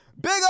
big